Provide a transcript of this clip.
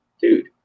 dude